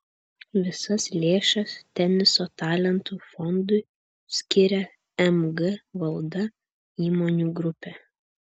visas lėšas teniso talentų fondui skiria mg valda įmonių grupė